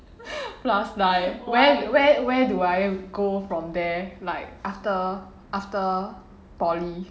last time where where where do I go from there like after after poly